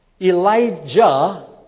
Elijah